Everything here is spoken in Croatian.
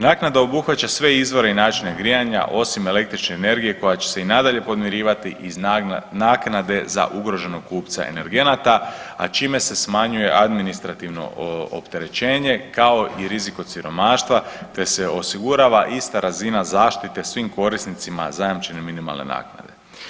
Naknada obuhvaća sve izvore i načine grijanja osim električne energije koja će se i nadalje podmirivati iz naknade za ugroženog kupca energenata, a čime se smanjuje administrativno opterećenje, kao i rizik od siromaštva te se osigurava ista razina zaštite svim korisnicima zajamčene minimalne naknade.